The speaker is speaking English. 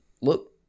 look